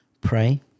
Pray